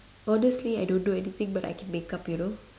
honestly I don't know anything but I can make up you know